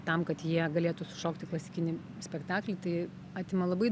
tam kad jie galėtų sušokti klasikinį spektaklį tai atima labai